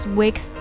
weeks